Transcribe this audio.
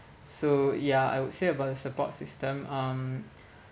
so ya I would say about the support system um